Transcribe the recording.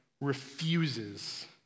refuses